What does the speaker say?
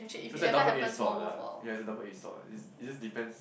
is like double edge sword lah ya is a double edge sword is is just depends